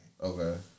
Okay